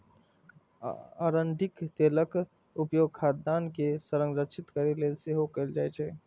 अरंडीक तेलक उपयोग खाद्यान्न के संरक्षित करै लेल सेहो कैल जाइ छै